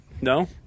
No